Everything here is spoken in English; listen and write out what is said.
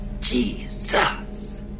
Jesus